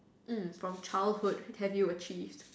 um from childhood have you achieved